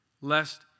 lest